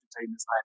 entertainers